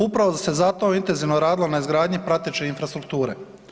Upravo se zato intenzivno radilo na izgradnji prateće infrastrukture.